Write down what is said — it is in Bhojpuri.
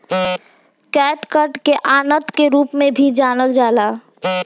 कैटगट के आंत के रूप में भी जानल जाला